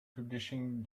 publishing